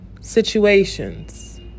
Situations